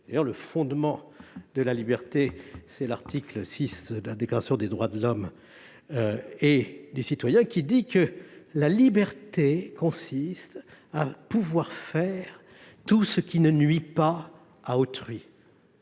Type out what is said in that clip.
absolu. Le fondement de la liberté dans notre pays, l'article IV de la Déclaration des droits de l'homme et du citoyen, le dit bien :« La liberté consiste à pouvoir faire tout ce qui ne nuit pas à autrui.